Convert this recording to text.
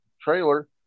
trailer